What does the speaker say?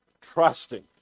trusting